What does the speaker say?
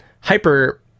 hyper